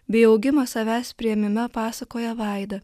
bei augimą savęs priėmime pasakoja vaida